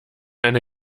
eine